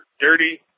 dirty